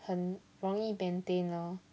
很容易 maintain lor